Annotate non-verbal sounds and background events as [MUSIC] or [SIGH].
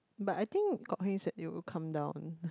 but I think Kok-Heng said they will come down [LAUGHS]